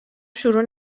شروع